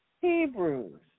Hebrews